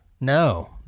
no